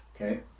okay